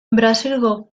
brasilgo